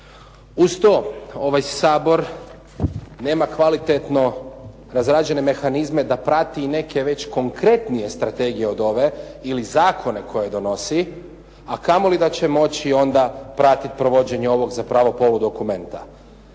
Uz to, ovaj Sabor nema kvalitetno razrađene mehanizme da prati i neke već konkretnije strategije od ove ili zakone koje donosi, a kamoli da će moći onda pratiti provođenje ovog zapravo poludokumenta.